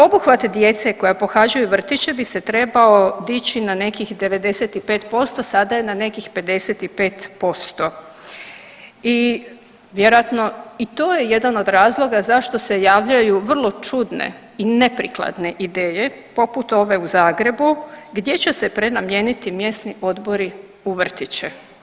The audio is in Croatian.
Obuhvati djece koja pohađaju vrtiće bi se trebao dići na nekih 95%, sada je na nekih 55% i vjerojatno i to je jedan od razloga zašto se javljaju vrlo čudne i neprikladne ideje poput ove u Zagrebu gdje će se prenamijeniti mjesni odbori u vrtiće.